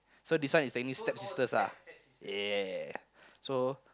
so this one is technically stepsisters ah yeah so